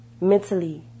Mentally